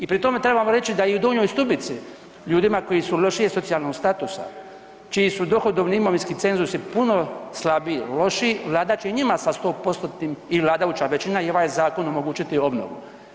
I pritom trebamo reći da i u Donjoj Stubici ljudima koji su lošijeg socijalnog statusa, čiji su dohodovni imovinski cenzusi puno slabiji, lošiji, Vlada će i njima sa 100%-tnim i vladajuća većina i ovaj zakon omogućiti obnovu.